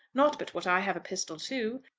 not but what i have a pistol too.